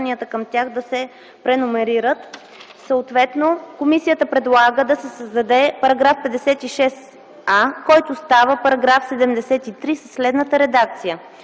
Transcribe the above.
Комисията предлага да се създаде § 56а, който става § 73 със следната редакция: